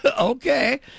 Okay